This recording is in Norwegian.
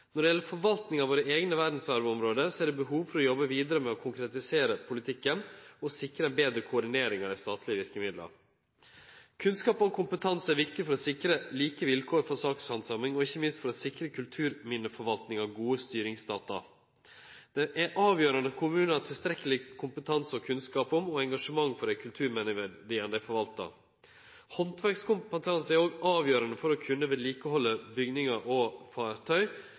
Når det gjeld forvaltninga av våre eigne verdsarvområde, er det behov for å jobbe vidare med å konkretisere politikken og sikre ei betre koordinering av dei statlege verkemidla. Kunnskap og kompetanse er viktig for å sikre like vilkår for sakshandsaming og ikkje minst for å sikre kulturminneforvaltninga gode styringsdata. Det er avgjerande at kommunar har tilstrekkeleg kompetanse og kunnskap om og engasjement for dei kulturminneverdiane dei forvaltar. Handverkskompetanse er òg avgjerande for å kunne vedlikehalde bygningar og fartøy,